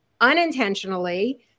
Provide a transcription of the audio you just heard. unintentionally